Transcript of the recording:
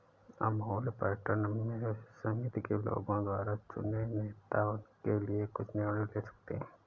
Amul pattern में समिति के लोगों द्वारा चुने नेता उनके लिए कुछ निर्णय ले सकते हैं